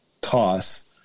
costs